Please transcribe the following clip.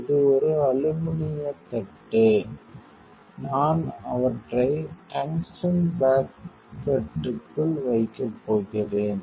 இது ஒரு அலுமினிய தட்டு நான் அவற்றை டங்ஸ்டன் பேஸ்கெட்க்குள் வைக்கப் போகிறேன்